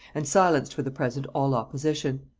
and silenced for the present all opposition.